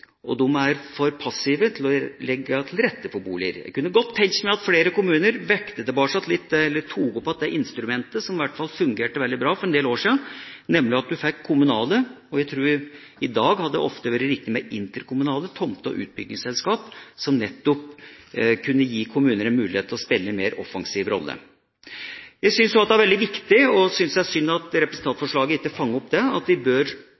og de er for passive når det gjelder å legge til rette for boliger. Jeg kunne godt tenke meg at flere kommuner tok opp igjen det instrumentet som i hvert fall fungerte veldig bra for en del år siden, nemlig at kommunale – i dag tror jeg det ville vært riktig med interkommunale – tomte- og utbyggingsselskap kunne gi kommunene en mulighet til å spille en mer offensiv rolle. Jeg syns også det er veldig viktig – jeg syns det er synd at representantforslaget ikke fanger opp det – at vi bør